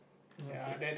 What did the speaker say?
okay